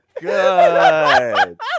good